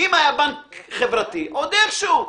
אם היה בנק חברתי, עוד איך שהוא.